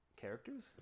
characters